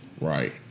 Right